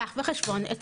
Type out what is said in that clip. תיקח בחשבון את